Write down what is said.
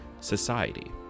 society